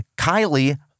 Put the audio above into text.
Kylie